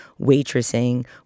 waitressing